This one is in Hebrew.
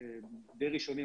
די ראשוני,